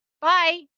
bye